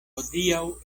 hodiaŭ